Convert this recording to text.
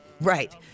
Right